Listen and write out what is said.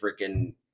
freaking